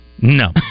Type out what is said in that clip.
No